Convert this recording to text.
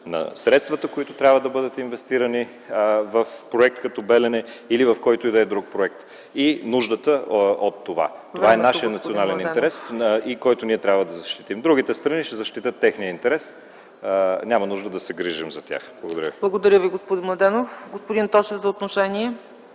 на средствата, които трябва да бъдат инвестирани в проект като „Белене”, или в който и да е друг проект, и нуждата от това. Това е нашият национален интерес, който трябва да защитим. Другите страни ще защитят техния интерес, няма нужда да се грижим за тях. Благодаря. ПРЕДСЕДАТЕЛ ЦЕЦКА ЦАЧЕВА: Благодаря Ви,